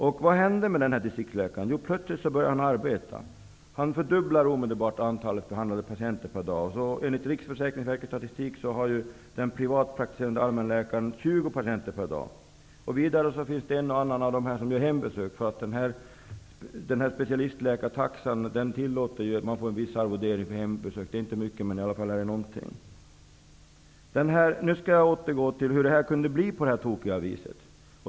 Vad har hänt med distriktsläkarna? Jo, plötsligt har de börjat arbeta. Antalet behandlade patienter per dag har fördubblats. Enligt Riksförsäkringsverkets statistik har en privatpraktiserande allmänläkare 20 patienter per dag. Några gör också hembesök, då specialistläkartaxan ger ett visst arvode för hembesök. Hur kunde det bli på detta tokiga sätt?